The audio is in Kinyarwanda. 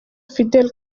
fidel